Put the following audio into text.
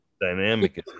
dynamic